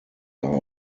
are